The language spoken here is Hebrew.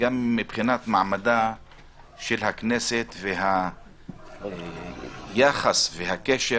וגם מבחינת מעמדה של הכנסת והיחס והקשר